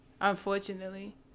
Unfortunately